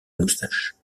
moustache